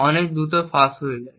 অনেক দ্রুত ফাঁস হয়ে যায়